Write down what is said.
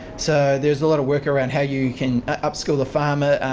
so, there's a lot of work around how you can upskill the farmer,